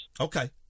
okay